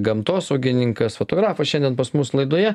gamtosaugininkas fotografas šiandien pas mus laidoje